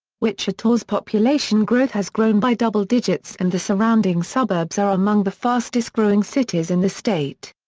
wichita's population growth has grown by double digits and the surrounding suburbs are among the fastest growing cities in the state.